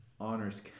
honors